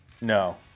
No